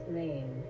name